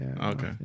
Okay